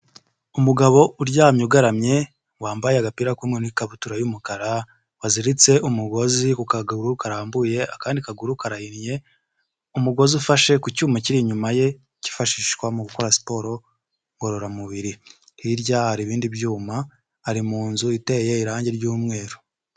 Umugabo uryamye ugaramye wambaye agapira k'umweru n'ikabutura y'umukara waziritse umugozi ku kagaguru karambuye akandi kaguru karaye, umugozi ufashe ku cyuma kiri inyuma ye kifashishwa mu gukora siporo ngororamubiri, hirya hari ibindi byuma ari mu nzu iteye irangi ry'umweru.